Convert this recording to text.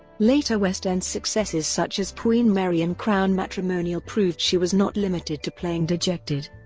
later west end successes such as queen mary in crown matrimonial proved she was not limited to playing dejected,